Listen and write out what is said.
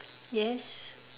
yes